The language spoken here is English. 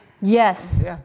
Yes